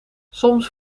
soms